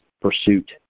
pursuit